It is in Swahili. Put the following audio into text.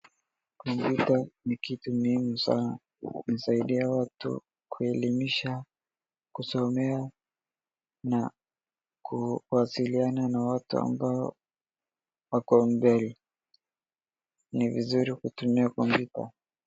Kompyuta ni kitu muhimu sana, inasaidia watu kuelimisha, kusomea na kuwasiliana na watu ambao wako mbali. Ni vizuri kutumia kompyuta.